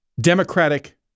Democratic